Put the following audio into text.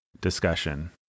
discussion